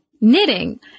knitting